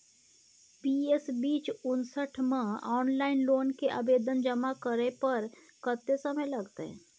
PS बीच उनसठ म ऑनलाइन लोन के आवेदन जमा करै पर कत्ते समय लगतै?